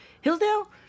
Hillsdale